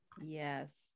Yes